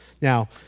Now